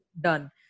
done